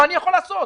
מה אני יכול לעשות?